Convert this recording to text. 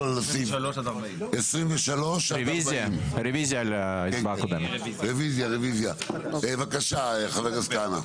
23 עד 40. בבקשה, חבר הכנסת כהנא.